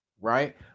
right